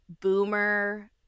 boomer